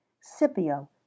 Scipio